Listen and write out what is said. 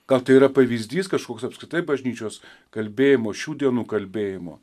gal tai yra pavyzdys kažkoks apskritai bažnyčios kalbėjimo šių dienų kalbėjimo